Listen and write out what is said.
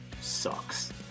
sucks